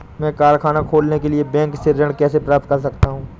मैं कारखाना खोलने के लिए बैंक से ऋण कैसे प्राप्त कर सकता हूँ?